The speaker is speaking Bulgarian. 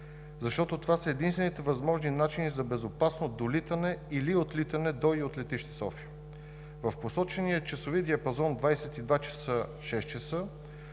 защото това са единствените възможни начини за безопасно долитане или отлитане до и от летище София. В посочения часови диапазон 22,00 – 6,00